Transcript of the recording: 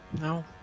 No